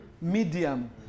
medium